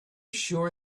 sure